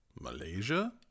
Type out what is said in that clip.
Malaysia